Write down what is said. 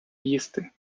їсти